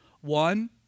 One